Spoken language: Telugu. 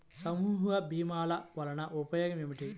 సమూహ భీమాల వలన ఉపయోగం ఏమిటీ?